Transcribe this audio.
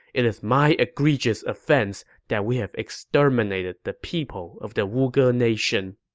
it is my egregious offense that we have exterminated the people of the wuge nation.